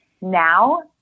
Now